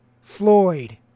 floyd